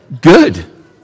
good